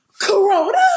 Corona